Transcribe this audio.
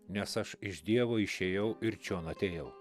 nes aš iš dievo išėjau ir čion atėjau